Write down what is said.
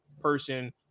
person